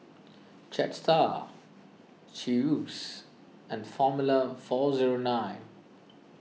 Jetstar Chew's and formula four zero nine